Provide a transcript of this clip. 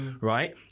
right